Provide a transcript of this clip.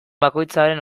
bakoitzaren